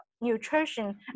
nutrition